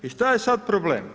I što je sad problem?